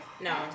No